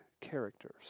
characters